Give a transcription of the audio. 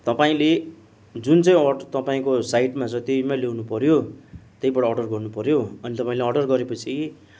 तपाईँले जुन चाहिँ अड तपाईँको साइटमा जतिमा ल्याउनु पऱ्यो त्यहीबाट अर्डर गर्नुपऱ्यो अनि तपाईँले अर्डर गरेपछि